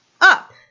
Up